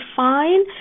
fine